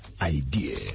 idea